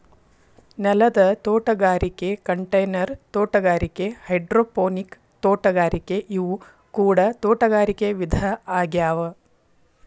ನೆಲದ ತೋಟಗಾರಿಕೆ ಕಂಟೈನರ್ ತೋಟಗಾರಿಕೆ ಹೈಡ್ರೋಪೋನಿಕ್ ತೋಟಗಾರಿಕೆ ಇವು ಕೂಡ ತೋಟಗಾರಿಕೆ ವಿಧ ಆಗ್ಯಾವ